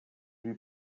lui